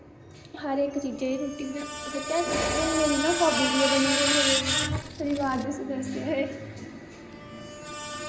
हर इक चीजै च रुट्टी च सच्चें हून मेरे ना हाब्बीस गै बनी गेदी मेरे रिवार्ड दस्सी दस्सियै